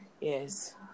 Yes